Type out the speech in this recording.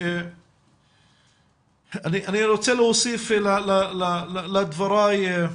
אני רוצה להוסיף לדבריי,